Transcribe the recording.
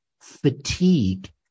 fatigue